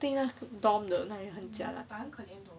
对那个 dorm 的那个很 jialat